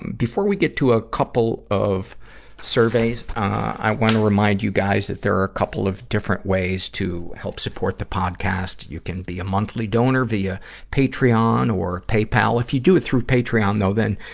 before we get to a couple of surveys, ah, i wanna remind you guys that there are couple of different ways to help support the podcast. you can be a monthly donor via patreon or paypal. if you do it through patreon though, then,